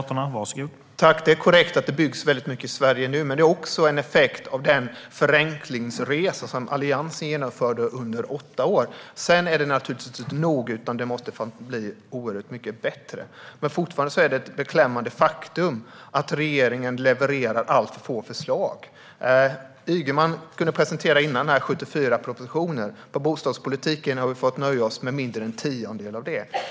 Herr talman! Det är korrekt att det byggs väldigt mycket i Sverige nu, men det är också en effekt av den förenklingsresa Alliansen genomförde under åtta år. Sedan är det naturligtvis inte nog, utan det måste bli oerhört mycket bättre. Men fortfarande är det ett beklämmande faktum att regeringen levererar alltför få förslag. Ygeman kunde presentera 74 propositioner, och på bostadspolitikens område har vi fått nöja oss med mindre än en tiondel av det.